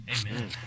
Amen